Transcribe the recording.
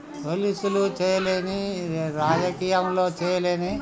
పోలీసులు చేయలేని రాజకీయంలో చేయలేని